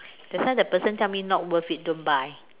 that's why the person tell me not worth it don't buy